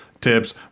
tips